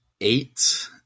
eight